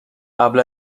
قبل